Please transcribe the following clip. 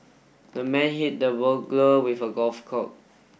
the man hit the burglar with a golf